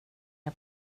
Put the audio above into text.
hon